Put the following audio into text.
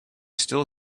still